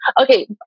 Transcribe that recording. Okay